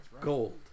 gold